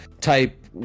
type